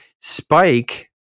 Spike